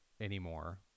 anymore